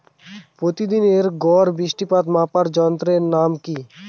প্রতিদিনের গড় বৃষ্টিপাত মাপার যন্ত্রের নাম কি?